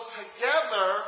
together